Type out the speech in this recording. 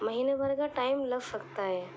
مہینے بھر کا ٹائم لگ سکتا ہے